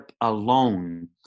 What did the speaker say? alone